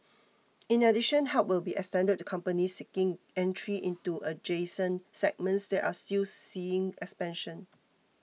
in addition help will be extended to companies seeking entry into adjacent segments that are still seeing expansion